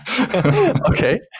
Okay